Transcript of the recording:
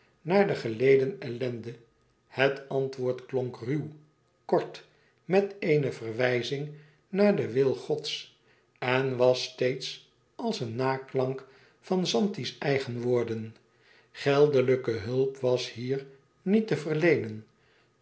naar de geleden ellende het antwoord klonk ruw kort met eene verwijzing naar den wil gods en was steeds als een naklank van zanti's eigen woorden geldelijke hulp was hier niet te verleenen